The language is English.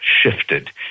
shifted